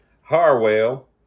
Harwell